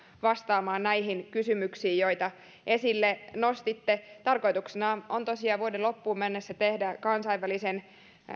vastaamaan niihin kysymyksiin joita esille nostitte tarkoituksena on tosiaan vuoden loppuun mennessä tehdä kansainvälisen